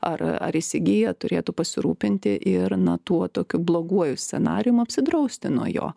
ar ar įsigiję turėtų pasirūpinti ir na tų va tokiu bloguoju scenarijumi apsidrausti nuo jo